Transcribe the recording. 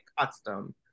custom